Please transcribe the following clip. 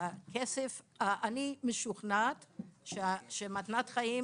אני משוכנעת שמתנת חיים